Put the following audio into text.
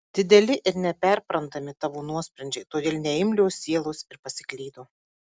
dideli ir neperprantami tavo nuosprendžiai todėl neimlios sielos ir pasiklydo